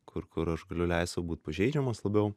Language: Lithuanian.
kur kur aš galiu leist būt pažeidžiamas labiau